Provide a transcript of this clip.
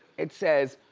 it says